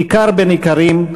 איכר בן איכרים,